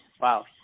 Wow